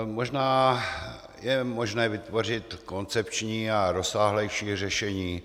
Možná je možné vytvořit koncepční a rozsáhlejší řešení.